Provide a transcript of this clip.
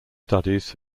studies